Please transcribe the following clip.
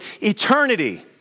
eternity